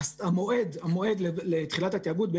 המועד לתחילת התאגוד,